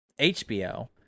HBO